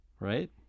right